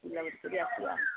ବୁଲାବୁଲି କରି ଆସିବା